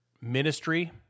Ministry